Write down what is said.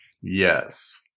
Yes